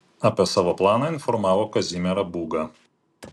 apie savo planą informavo kazimierą būgą